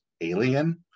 alien